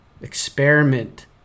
experiment